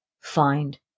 find